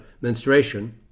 menstruation